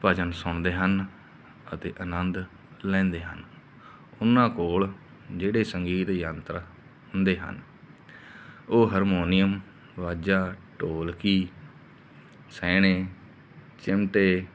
ਭਜਨ ਸੁਣਦੇ ਹਨ ਅਤੇ ਆਨੰਦ ਲੈਂਦੇ ਹਨ ਉਹਨਾਂ ਕੋਲ ਜਿਹੜੇ ਸੰਗੀਤ ਯੰਤਰ ਹੁੰਦੇ ਹਨ ਉਹ ਹਰਮੋਨੀਅਮ ਵਾਜਾ ਢੋਲਕੀ ਛੈਣੇ ਚਿਮਟੇ